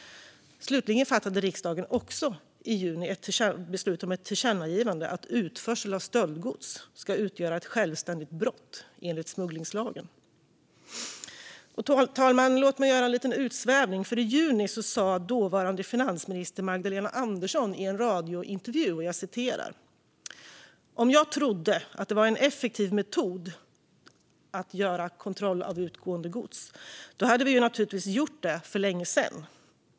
Slutligen fattade riksdagen i juni också ett beslut om tillkännagivande om att utförsel av stöldgods ska utgöra ett självständigt brott enligt smugglingslagen. Fru talman! Låt mig göra en liten utvikning. I juni sa dåvarande finansminister Magdalena Andersson i en radiointervju: "Om jag trodde att det var en effektiv metod , då hade vi ju naturligtvis gjort det för länge sen.